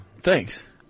Thanks